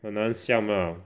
可能 siam lah